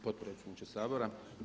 Potpredsjedniče Sabora.